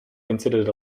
considered